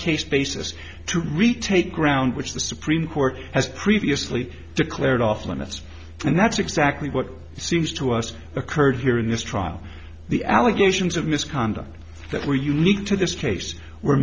case basis to retake ground which the supreme court has previously declared off limits and that's exactly what seems to us occurred here in this trial the allegations of misconduct that were unique to this case were